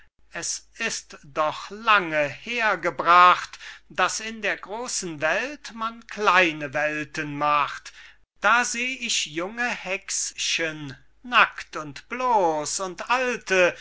es ist doch lange hergebracht daß in der großen welt man kleine welten macht da seh ich junge hexchen nackt und blos und alte